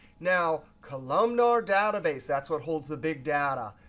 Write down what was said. now, columnar database that's what holds the big data.